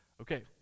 Okay